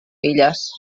filles